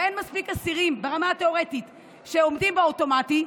ותיאורטית אין מספיק אסירים שעומדים בקריטריון האוטומטי,